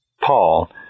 Paul